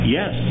Yes